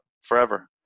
forever